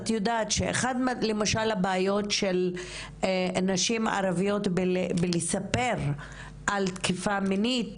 את יודעת שאחת הבעיות של נשים ערביות כשהן מספרות על תקיפה מינית,